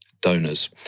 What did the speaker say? donors